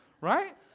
Right